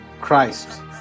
Christ